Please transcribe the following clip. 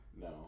No